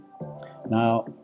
Now